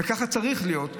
וככה צריך להיות,